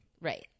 Right